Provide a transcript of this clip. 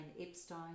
epstein